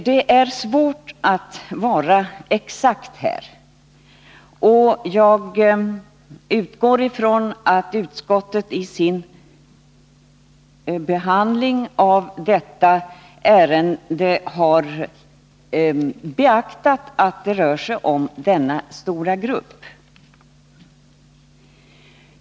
Det är svårt att vara exakt på denna punkt, och jag utgår från att utskottet i sin behandling av detta ärende har beaktat att det rör sig om en stor grupp.